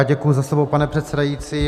Děkuji za slovo, pane předsedající.